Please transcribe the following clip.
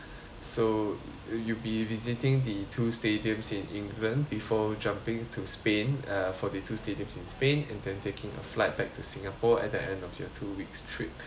so you be visiting the two stadiums in england before jumping to spain uh for the two stadiums in spain and then taking a flight back to singapore at the end of the two weeks trip